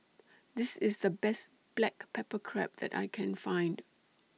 This IS The Best Black Pepper Crab that I Can Find